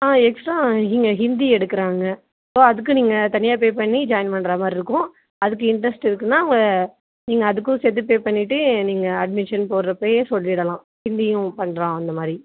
ஆ extra இங்கே ஹிந்தி எடுக்குறாங்க so அதற்கு நீங்கள் தனியாக பே பண்ணி ஜாயின் பண்ணுற மாதிரி இருக்கும் அதற்கு இன்ரெஸ்ட் இருக்குன்னா உங்கள் நீங்கள் அதற்கும் சேர்த்து பே பண்ணிவிட்டு நீங்கள் அட்மிஷன் போடுர அப்பையே சொல்லிவிடலாம் ஹிந்தியும் பண்ணுறான் அந்த மாதிரி